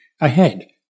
ahead